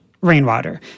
rainwater